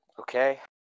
Okay